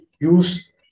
use